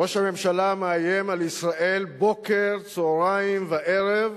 ראש הממשלה מאיים על ישראל בוקר, צהריים וערב,